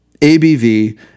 ABV